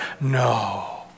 No